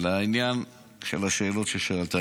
לעניין של השאלות ששאלת.